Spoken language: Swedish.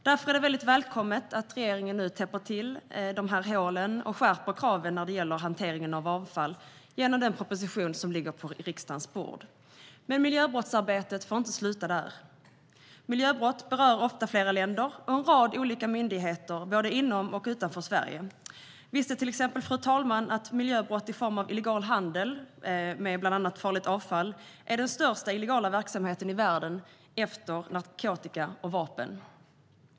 Därför är det mycket välkommet att regeringen nu täpper till hålen och skärper kraven när det gäller hanteringen av avfall genom den proposition som nu ligger på riksdagens bord. Men miljöbrottsarbetet får inte sluta där. Miljöbrott berör ofta flera länder och en rad olika myndigheter både inom och utanför Sverige. Visste fru talmannen till exempel att miljöbrott i form av illegal handel med bland annat farligt avfall är den största illegala verksamheten i världen efter narkotika och vapen?